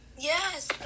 Yes